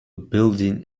building